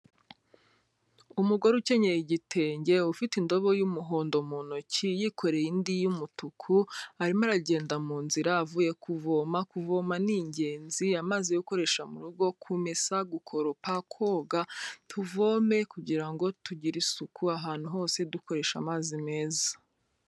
Umugore ukenyera igitenge ufite indobo y'umuhondo mu ntoki, yikoreye indi y'umutuku arimo aragenda mu nzira avuye kuvoma, kuvoma n'ingenzi amazi yo gukoresha mu rugo, kumesa, gukoropa, koga, tuvome kugira ngo tugire isuku ahantu hose dukoresha amazi meza.